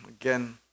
again